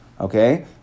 Okay